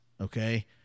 Okay